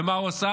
ומה הוא עשה?